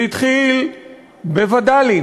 זה התחיל בווד"לים,